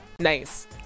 nice